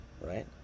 right